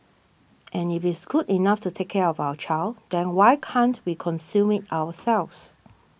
and if it's good enough to take care of our child then why can't be consume it ourselves